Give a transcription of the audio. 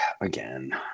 again